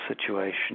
situation